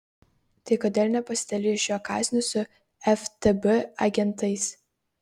tai kodėl nepasidalijus šiuo kąsniu su ftb agentais